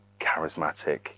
charismatic